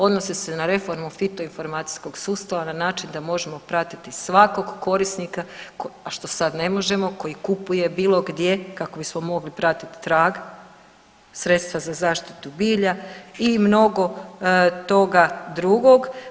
Odnose se na reformu fitoinformacijskog sustava na način da možemo pratiti svakog korisnika, a što sad ne možemo, koji kupuje bilo gdje kako bismo mogli pratiti trag sredstva za zaštitu bilja i mnogo toga drugog.